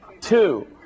two